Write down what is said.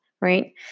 right